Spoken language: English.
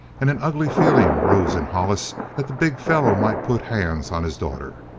and an ugly feeling rose in hollis that the big fellow might put hands on his daughter.